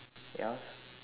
ya